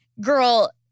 Girl